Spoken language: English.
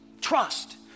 Trust